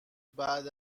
بعد